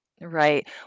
right